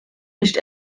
nicht